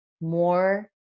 more